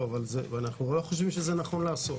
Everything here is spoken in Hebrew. ואנחנו לא חושבים שזה נכון לעשות.